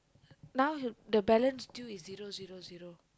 now he will the balance due is zero zero zero